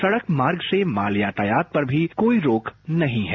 सड़क मार्ग से माल यातायत पर भी कोई रोक नही है